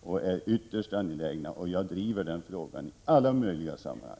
och är ytterst angelägna. Jag driver den frågan i alla möjliga sammanhang.